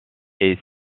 est